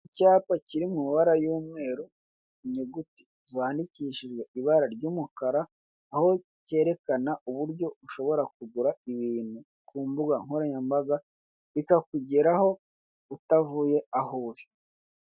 Icyapa kiri mu mabara y'umweru inyuguti zandikishijwe ibara ry'umukara aho kerekana uburyo ushobora kugura ibintu ku mbuga nkoranyambaga bikakugeraho utavuye aho uri.